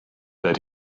that